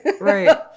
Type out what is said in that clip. right